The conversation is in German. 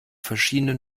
verschiedene